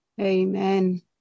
Amen